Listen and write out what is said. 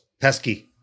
Pesky